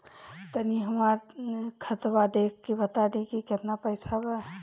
तनी हमर खतबा देख के बता दी की केतना पैसा बा?